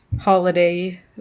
holiday